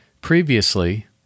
Previously